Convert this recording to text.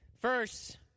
First